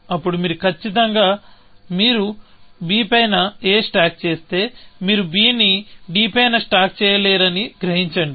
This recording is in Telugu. అప్పుడు మీరు ఖచ్చితంగా మీరు b పైన a స్టాక్ చేస్తే మీరు b ని d పైన స్టాక్ చేయలేరని గ్రహించండి